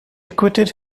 acquitted